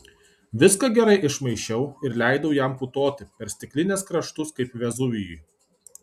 viską gerai išmaišiau ir leidau jam putoti per stiklinės kraštus kaip vezuvijui